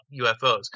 UFOs